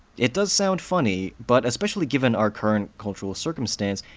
it does sound funny, but especially given our current cultural circumstance,